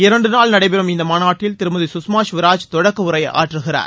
இரண்டு நாள் நடைபெறம் இம்மாநாட்டில் திருமதி சுஷ்மா ஸ்வராஜ் தொடக்க உரை ஆற்றுகிறார்